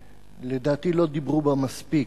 שלדעתי לא דיברו בה מספיק.